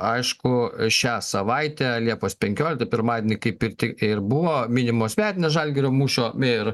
aišku šią savaitę liepos penkioliktą pirmadienį kaip ir tai ir buvo minimos metinės žalgirio mūšio ir